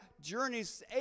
journeys